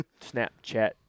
Snapchat